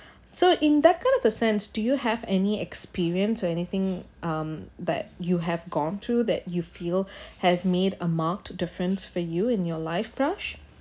so in that kind of a sense do you have any experience or anything um that you have gone through that you feel has made a marked difference for you in your life prash